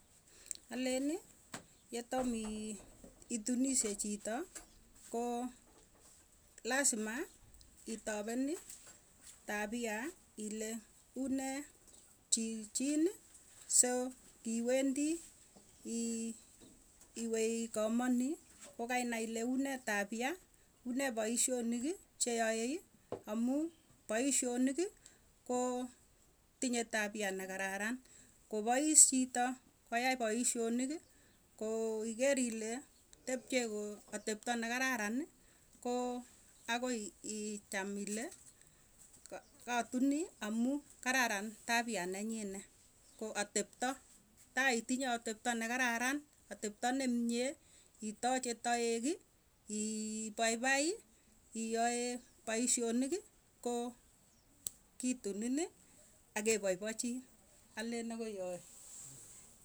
Aleni yetomii itunishe chito, koo lazima itopeni tapia ile unee chichin so ngiwendi ii iwee ikamani kokainai ilee unee tapia. Unee paisyoniki cheyaei amuu paisyoniki, koo tinye tapia nekararan kopois chito koyai poisyoniki, koo iker ile tepche ko atepto nekararani koo akoi icham ile katuni amuu kararan tapia nenyine. Ko atepto tai itinye atepto nekararan atepto nemie itoche taeki, ipaipai iyoe paisyoniki ko kitunini akepoipochin alen akoi yoe.